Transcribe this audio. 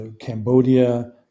Cambodia